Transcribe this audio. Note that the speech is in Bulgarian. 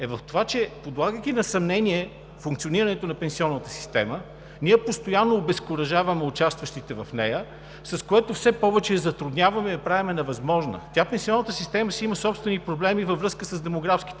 е в това, че, подлагайки на съмнение функционирането на пенсионната система, ние постоянно обезкуражаваме участващите в нея, с което все повече я затрудняваме и я правим невъзможна. Пенсионната система си има собствени проблеми във връзка с демографските